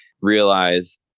realize